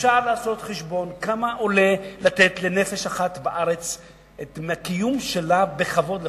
אפשר לעשות חשבון כמה עולה לתת לנפש אחת בארץ את הקיום שלה בכבוד לחודש.